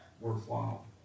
worthwhile